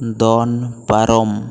ᱫᱚᱱ ᱯᱟᱨᱚᱢ